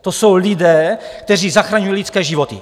To jsou lidé, kteří zachraňují lidské životy!